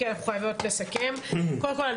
קודם כל,